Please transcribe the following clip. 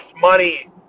money